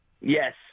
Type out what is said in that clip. Yes